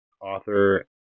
author